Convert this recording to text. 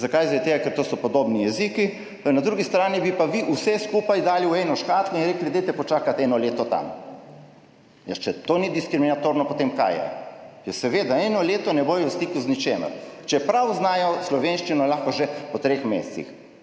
Zakaj? Zaradi tega ker so to podobni jeziki. Na drugi strani bi pa vi vse skupaj dali v eno škatlo in rekli, dajte počakati eno leto tam. Če to ni diskriminatorno, kaj potem je? Ja seveda, eno leto ne bodo v stiku z ničimer, čeprav lahko znajo slovenščino že po treh mesecih.